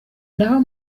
naho